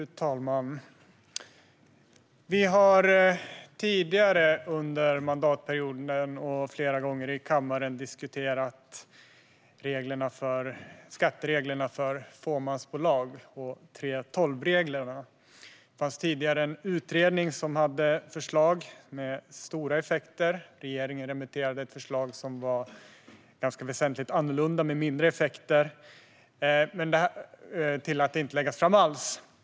Fru talman! Vi har tidigare under mandatperioden och flera gånger i kammaren diskuterat skattereglerna för fåmansbolag och 3:12-reglerna. Det fanns tidigare en utredning som hade förslag med stora effekter. Regeringen remitterade ett förslag som var väsentligt annorlunda med mindre effekter. Men det lades inte fram.